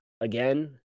Again